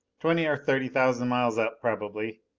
twenty or thirty thousand miles up, probably.